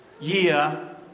year